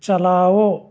چلاؤ